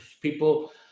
people